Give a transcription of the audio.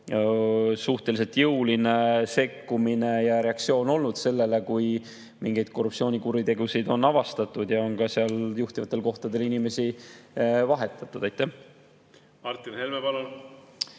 suhteliselt jõuline sekkumine ja reaktsioon olnud sellele, kui mingeid korruptsioonikuritegusid on avastatud, ja on ka seal juhtivatel kohtadel inimesi vahetatud. Jah, antud eelnõu piires